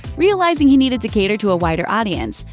realizing he needed to cater to a wider audience.